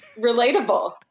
relatable